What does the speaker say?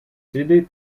среды